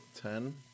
ten